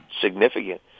significant